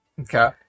Okay